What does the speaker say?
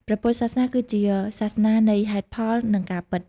ព្រះពុទ្ធសាសនាគឺជាសាសនានៃហេតុផល និងការពិត។